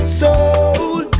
soul